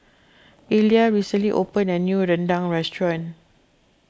Illya recently opened a new Rendang restaurant